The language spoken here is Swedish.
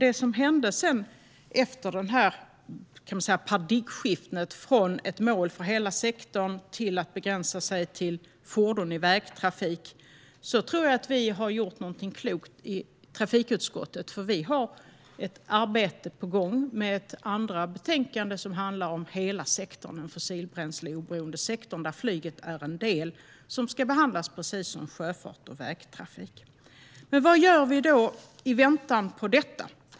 Det hände något efter paradigmskiftet från att ha ett mål för hela sektorn till att begränsa sig till fordon i vägtrafik. Jag tror att vi har gjort någonting klokt i trafikutskottet, för vi har ett arbete på gång med ett annat betänkande, som handlar om hela sektorn, den fossilbränsleberoende sektorn, där flyget är en del som ska behandlas precis som sjöfart och vägtrafik. Men vad gör vi i väntan på detta?